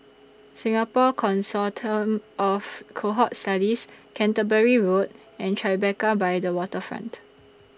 Singapore Consortium of Cohort Studies Canterbury Road and Tribeca By The Waterfront